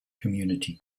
community